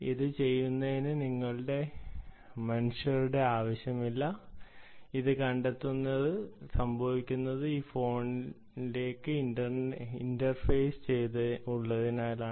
അത് ചെയ്യുന്നതിന് നിങ്ങൾക്ക് മനുഷ്യരുടെ ആവശ്യമില്ല അത് കണ്ടെത്തുന്നത് സംഭവിക്കുന്നത് ഈ ഫോണിലേക്ക് ഇന്റർഫേസ് ഉള്ളതിനാലാണ്